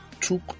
took